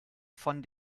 von